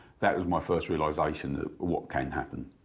that was my first realisation that what can happen,